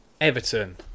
Everton